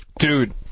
Dude